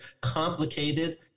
complicated